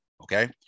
okay